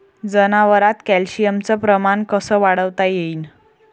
जनावरात कॅल्शियमचं प्रमान कस वाढवता येईन?